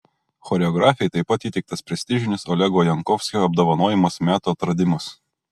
choreografei taip pat įteiktas prestižinis olego jankovskio apdovanojimas metų atradimas